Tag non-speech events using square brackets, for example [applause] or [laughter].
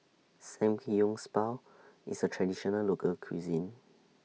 [unintelligible] Spa IS A Traditional Local Cuisine